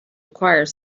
acquire